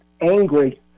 angry